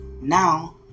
Now